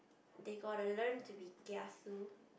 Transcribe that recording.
they gotta learn to be kiasu